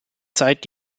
zeit